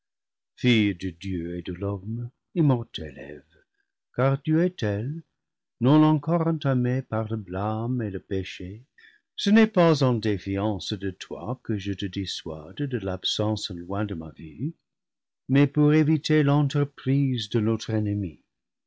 de l'homme immortelle eve car tu es telle non encore entamée par le blâme et le péché ce n'est pas en défiance de toi que je te dissuade de l'absence loin de ma vue mais pour éviter l'entreprise de notre ennemi